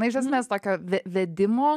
na iš esmės tokio ve vedimo